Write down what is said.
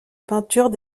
peinture